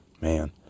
Man